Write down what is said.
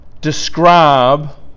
describe